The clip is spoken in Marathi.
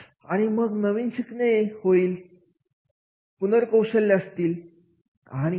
आणि या मधूनच एखाद्या कार्याचे हस्तांतरण होत असते